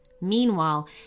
Meanwhile